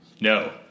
No